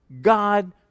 God